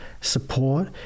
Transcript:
support